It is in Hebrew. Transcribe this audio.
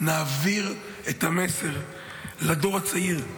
נעביר את המסר לדור הצעיר,